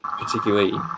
particularly